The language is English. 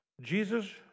Jesus